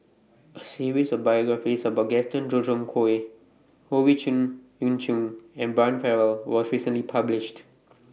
A series of biographies about Gaston Dutronquoy Howe Chong Yoon Chong and Brian Farrell was recently published